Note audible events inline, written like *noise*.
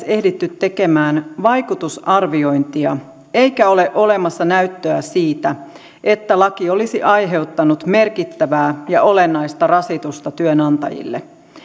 *unintelligible* ehditty tekemään edes vaikutusarviointia eikä ole olemassa näyttöä siitä että laki olisi aiheuttanut merkittävää ja olennaista rasitusta työnantajille